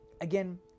Again